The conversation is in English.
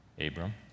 Abram